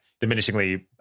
diminishingly